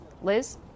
Liz